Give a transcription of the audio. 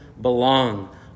belong